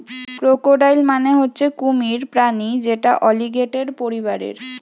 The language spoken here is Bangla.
ক্রোকোডাইল মানে হচ্ছে কুমির প্রাণী যেটা অলিগেটের পরিবারের